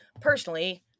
personally